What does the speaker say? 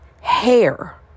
hair